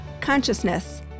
consciousness